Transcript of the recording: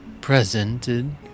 presented